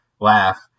laugh